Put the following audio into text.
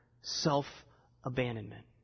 self-abandonment